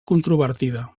controvertida